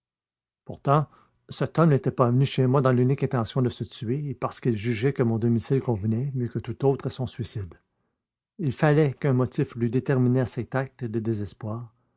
pourtant cet homme n'était pas venu chez moi dans l'unique intention de se tuer et parce qu'il jugeait que mon domicile convenait mieux que tout autre à son suicide il fallait qu'un motif l'eût déterminé à cet acte de désespoir